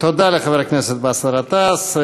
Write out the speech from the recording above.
תודה לחבר הכנסת באסל גטאס.